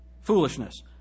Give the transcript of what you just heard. Foolishness